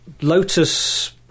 Lotus